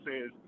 says